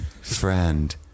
friend